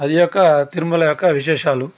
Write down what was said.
అది యొక్క తిరుమల యొక్క విశేషాలు